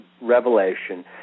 revelation